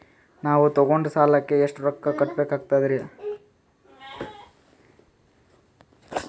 ನಾವು ತೊಗೊಂಡ ಸಾಲಕ್ಕ ಎಷ್ಟು ರೊಕ್ಕ ಕಟ್ಟಬೇಕಾಗ್ತದ್ರೀ?